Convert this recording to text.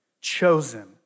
chosen